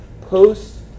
post